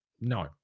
no